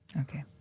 Okay